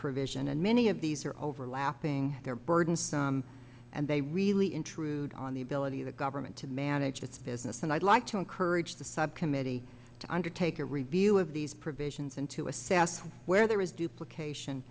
provision and many of these are overlapping they're burdensome and they really intrude on the ability of the government to manage its business and i'd like to encourage the subcommittee to undertake a review of these provisions and to assess where there is duplication